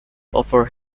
offer